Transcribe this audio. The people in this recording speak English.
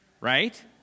right